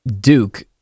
Duke